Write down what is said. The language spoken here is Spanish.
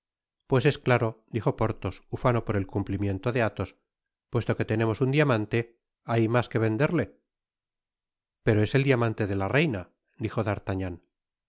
pues es claro dijo porthos ufano por el cumplimiento de athos puesto que tenemos un diamante hay mas que venderle pero es el diamante de la reina dijo